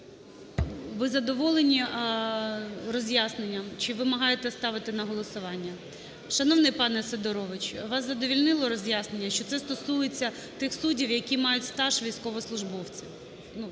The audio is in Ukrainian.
Ви задоволені роз'ясненням чи вимагаєте ставити на голосування? Шановний пане Сидорович, вас задовольнило роз'яснення, що це стосується тих суддів, які мають стаж військовослужбовців,